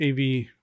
AV